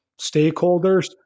stakeholders